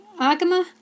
Agama